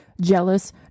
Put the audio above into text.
jealous